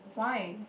why